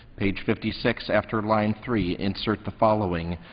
page fifty six, after line three, insert the following,